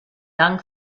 dank